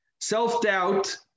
Self-doubt